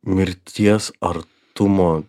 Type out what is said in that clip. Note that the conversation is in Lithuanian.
mirties artumo